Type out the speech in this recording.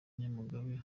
nyamagabe